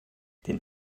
den